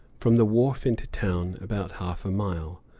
from the wharf into town, about half a mile.